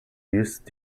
use